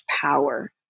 power